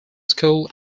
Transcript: school